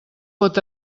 pot